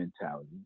mentality